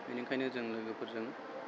बिनिखायनो जों लोगोफोरजों